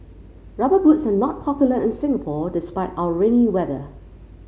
rubber boots are not popular in Singapore despite our rainy weather